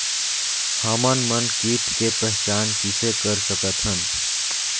हमन मन कीट के पहचान किसे कर सकथन?